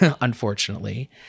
unfortunately